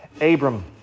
Abram